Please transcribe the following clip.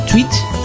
Tweet